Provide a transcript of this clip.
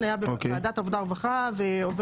במקום "החוקה חוק ומשפט"